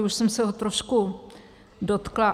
Už jsem se ho trošku dotkla.